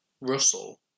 russell